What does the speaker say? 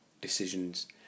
decisions